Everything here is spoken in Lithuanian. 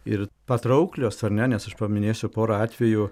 ir patrauklios ar ne nes aš paminėsiu porą atvejų